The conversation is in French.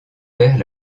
perd